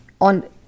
on